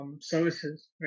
Services